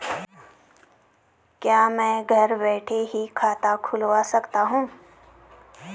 क्या मैं घर बैठे ही खाता खुलवा सकता हूँ?